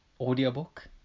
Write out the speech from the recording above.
Audiobook